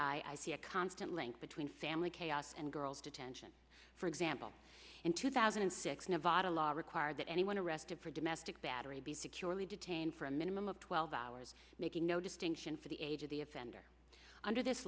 see a constant link between family chaos and girls detention for example in two thousand and six nevada law require that anyone arrested for domestic battery be securely detained for a minimum of twelve hours making no distinction for the age the offender under this